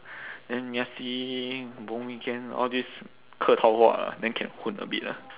then just see weekend all this 客套话 lah then can 混 a bit ah